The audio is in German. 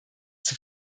zur